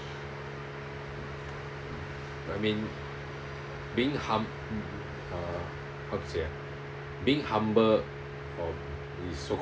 I mean being hum~ uh how to say ah being humble or is so